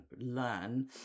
learn